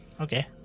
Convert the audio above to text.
Okay